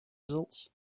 results